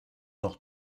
noch